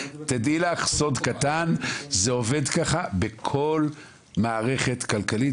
תדעי לך סוד קטן: זה עובד ככה בכל מערכת כלכלית,